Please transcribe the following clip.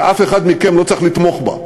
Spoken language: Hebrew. ואף אחד מכם לא צריך לתמוך בה,